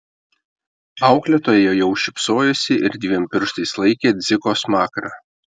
auklėtoja jau šypsojosi ir dviem pirštais laikė dziko smakrą